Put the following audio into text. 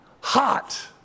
hot